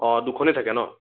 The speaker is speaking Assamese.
অ' দুখনেই থাকে ন